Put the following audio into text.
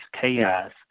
chaos